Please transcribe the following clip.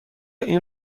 این